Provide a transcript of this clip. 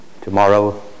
Tomorrow